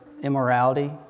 immorality